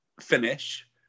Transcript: finish